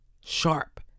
Sharp